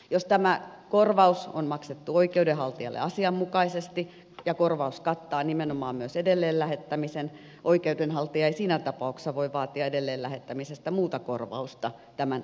jos tämä korvaus on maksettu oikeudenhaltijalle asianmukaisesti ja korvaus kattaa nimenomaan myös edelleen lähettämisen oikeudenhaltija ei siinä tapauksessa voi vaatia edelleen lähettämisestä muuta korvausta tämän lisäksi